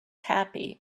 happy